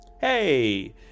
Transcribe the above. Hey